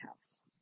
house